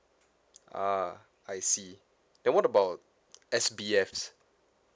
ah I see then what about S_B_Fs